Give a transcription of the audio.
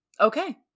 Okay